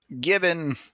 Given